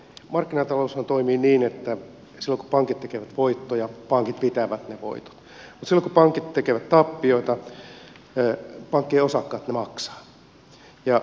markkinataloushan toimii niin että silloin kun pankit tekevät voittoja pankit pitävät ne voitot mutta silloin kun pankit tekevät tappiota pankkien osakkaat ne maksavat